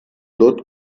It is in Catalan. tot